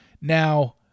Now